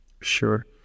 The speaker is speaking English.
Sure